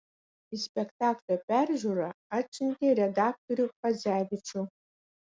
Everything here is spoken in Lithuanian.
į spektaklio peržiūrą atsiuntė redaktorių chadzevičių